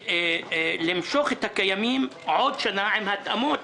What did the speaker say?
למשוך את הקיימים עוד שנה עם התאמות